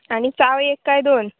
आनी चाव एक काय दोन